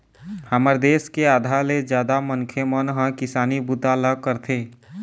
हमर देश के आधा ले जादा मनखे मन ह किसानी बूता ल करथे